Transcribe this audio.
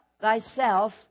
thyself